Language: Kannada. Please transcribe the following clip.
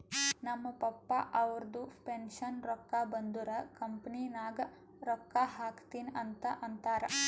ನಮ್ ಪಪ್ಪಾ ಅವ್ರದು ಪೆನ್ಷನ್ ರೊಕ್ಕಾ ಬಂದುರ್ ಕಂಪನಿ ನಾಗ್ ರೊಕ್ಕಾ ಹಾಕ್ತೀನಿ ಅಂತ್ ಅಂತಾರ್